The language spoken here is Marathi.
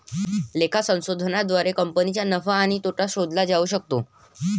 लेखा संशोधनाद्वारे कंपनीचा नफा आणि तोटा शोधला जाऊ शकतो